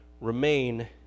remain